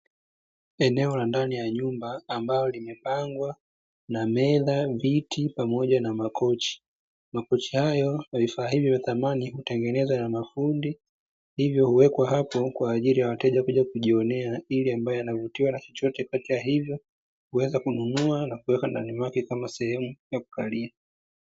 Eneo la ndani ya nyumba ambalo limepangwa na meza, viti, pamoja na makochi. Makochi hayo na vifaa hivyo vya dhamani hutengenzwa na mafundi, hivyo huweka hapo kwa ajili ya wateja kuja kujionea ili ambaye anavutiwa na chochote kati ya hivyo huweza kununua na kuweka ndani kwake kama sehemu ya kukalia.